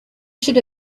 should